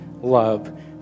love